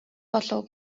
болов